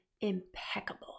impeccable